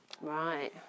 Right